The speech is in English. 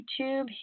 YouTube